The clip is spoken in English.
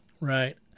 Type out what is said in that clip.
Right